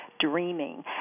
dreaming